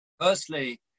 Firstly